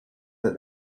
that